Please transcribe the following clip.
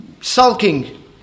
sulking